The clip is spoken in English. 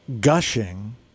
gushing